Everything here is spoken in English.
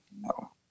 No